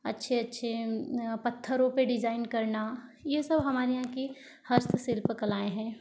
अच्छे अच्छे पत्थरों पे डिज़ाइन करना यह सब हमारे यहाँ की हस्तशिल्प कलाएँ हैं